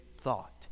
thought